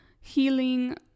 healing